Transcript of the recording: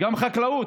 גם חקלאות.